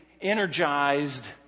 energized